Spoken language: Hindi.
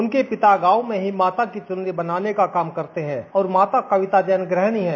उनके पिता गांव में ही माता की चुन्नी बनाने का काम करते है और माता कविता जैन गृहणी है